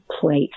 place